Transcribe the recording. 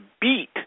beat